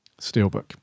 steelbook